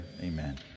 Amen